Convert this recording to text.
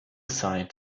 assigned